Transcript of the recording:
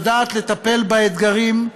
שיודעת לטפל באתגרים,